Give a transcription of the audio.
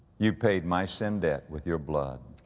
you paid my sin debt with your blood.